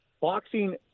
boxing